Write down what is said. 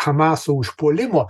hamaso užpuolimo